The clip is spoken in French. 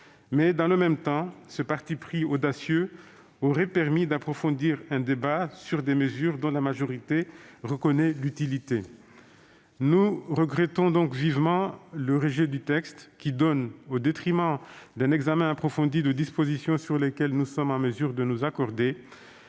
Mais, dans le même temps, ce parti pris audacieux aurait permis d'approfondir un débat sur des mesures dont la majorité reconnaît l'utilité. Nous regrettons donc vivement le rejet du texte qui donne, au détriment d'un examen approfondi de dispositions sur lesquelles nous sommes en mesure de nous accorder,